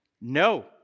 No